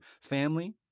family